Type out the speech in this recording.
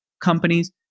companies